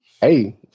Hey